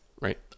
right